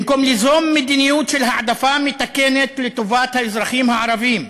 במקום ליזום מדיניות של העדפה מתקנת לטובת האזרחים הערבים,